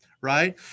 Right